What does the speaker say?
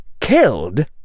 killed